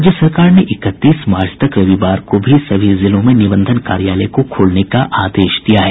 राज्य सरकार ने इकतीस मार्च तक रविवार को भी सभी जिलों में निबंधन कार्यालय को खोलने का आदेश दिया है